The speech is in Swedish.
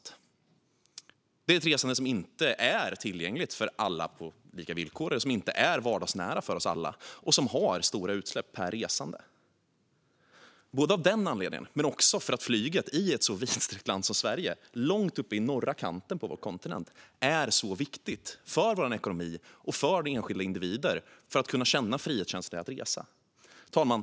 Det är ett resande som inte är tillgängligt eller vardagsnära för alla på lika villkor, och det har stora utsläpp per resande. Men i ett så vidsträckt land som Sverige, långt uppe i norra kanten på vår kontinent, är flyget viktigt för vår ekonomi och för enskilda individer som vill kunna känna en frihetskänsla i att resa. Fru talman!